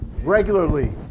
regularly